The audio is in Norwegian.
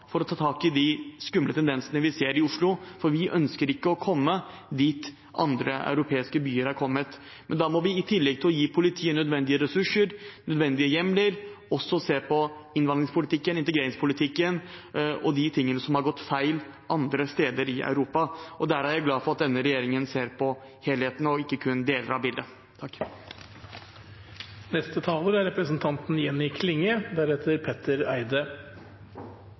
for å ta tak i de skumle tendensene vi ser i Oslo, for vi ønsker ikke å komme dit andre europeiske byer er kommet. Men da må vi i tillegg til å gi politiet nødvendige ressurser og nødvendige hjemler også se på innvandringspolitikken og integreringspolitikken og de tingene som har gått feil andre steder i Europa. Der er jeg glad for at denne regjeringen ser på helheten og ikke kun på deler av bildet.